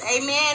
amen